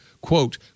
quote